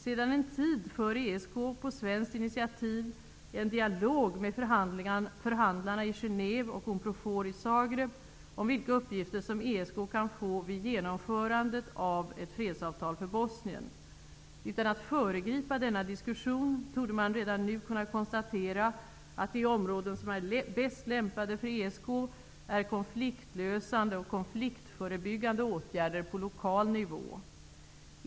Sedan en tid för ESK, på svenskt initiativ, en dialog med förhandlarna i Genève och Unprofor i Zagreb om vilka uppgifter som ESK kan få vid genomförandet av ett fredsavtal för Bosnien. Utan att föregripa denna diskussion torde man redan nu kunna konstatera att de områden som är bäst lämpade för ESK är konfliktlösande och konfliktförebyggande åtgärder på lokal nivå.